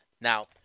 now